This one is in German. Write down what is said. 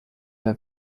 der